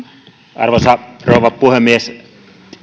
arvoisa rouva puhemies